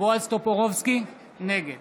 בועז טופורובסקי, נגד